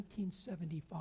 1975